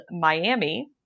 Miami